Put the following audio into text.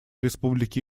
республики